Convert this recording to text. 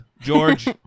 George